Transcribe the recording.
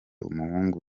umuhungu